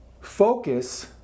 focus